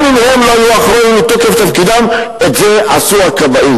גם אם הם לא היו האחראים מתוקף תפקידם" את זה עשו הכבאים.